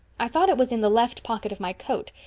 i thought it was in the left pocket of my coat.